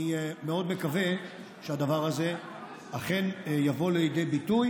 אני מאוד מקווה שהדבר הזה אכן יבוא לידי ביטוי,